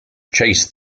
chase